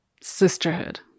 sisterhood